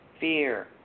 Fear